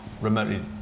remotely